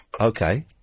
Okay